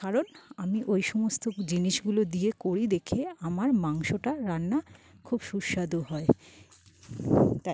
কারণ আমি ওই সমস্ত জিনিসগুলো দিয়ে করি দেখে আমার মাংসটা রান্না খুব সুস্বাদু হয় তাই